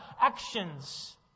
actions